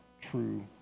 true